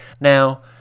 Now